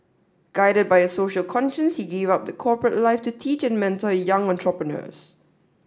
guided by a social conscience he gave up the corporate life to teach and mentor young entrepreneurs